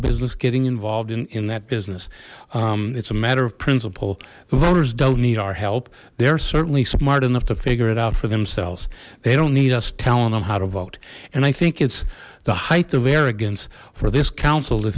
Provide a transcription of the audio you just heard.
business getting involved in in that business it's a matter of principle the voters don't need our help they're certainly smart enough to figure it out for themselves they don't need us telling them how to vote and i think it's the height of arrogance for this council to